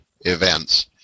events